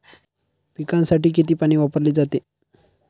पिकांसाठी किती पाणी वापरले जाते?